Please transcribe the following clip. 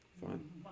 Fine